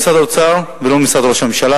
משרד האוצר הפנה אותי למשרד ראש הממשלה.